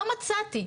לא מצאתי.